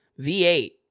V8